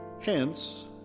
Hence